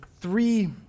three